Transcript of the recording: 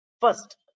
first